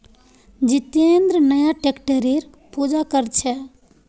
जितेंद्र नया ट्रैक्टरेर पूजा कर छ